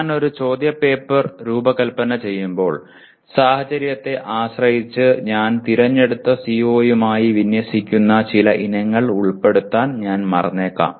ഞാൻ ഒരു ചോദ്യപേപ്പർ രൂപകൽപ്പന ചെയ്യുമ്പോൾ സാഹചര്യത്തെ ആശ്രയിച്ച് ഞാൻ തിരഞ്ഞെടുത്ത സിഒയുമായി വിന്യസിക്കുന്ന ചില ഇനങ്ങൾ ഉൾപ്പെടുത്താൻ ഞാൻ മറന്നേക്കാം